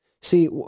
See